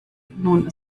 nun